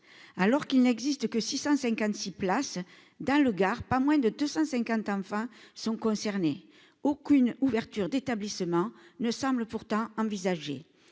alors qu'il n'existe que 656 place dans le Gard, pas moins de 250 enfants sont concernés, aucune ouverture d'établissements ne semble pourtant envisagé